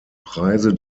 preise